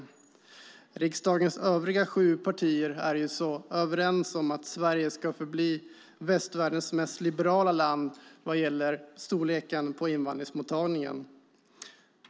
Riksdagens övriga sju partier är så överens om att Sverige ska förbli västvärldens mest liberala land vad gäller storleken på invandringsmottagningen.